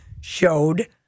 showed